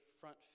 front